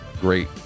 great